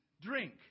drink